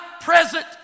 present